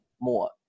more